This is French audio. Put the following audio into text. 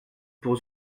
pour